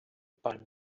palm